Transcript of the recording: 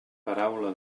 paraula